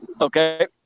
okay